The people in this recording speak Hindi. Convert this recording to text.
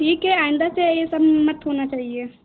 ठीक है आइंदा से यह सब मत होना चाहिए